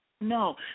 No